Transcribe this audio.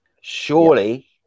Surely